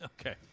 Okay